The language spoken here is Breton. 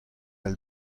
all